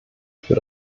für